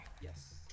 Yes